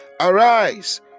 Arise